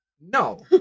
No